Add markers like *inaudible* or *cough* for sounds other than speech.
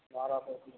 *unintelligible*